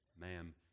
ma'am